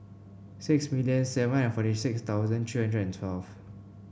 six million seven hundred forty six thousand three hundred and twelve